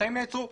החיים נעצרו